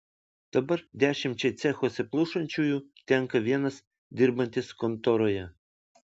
dabar dešimčiai cechuose plušančiųjų tenka vienas dirbantis kontoroje